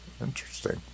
Interesting